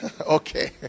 Okay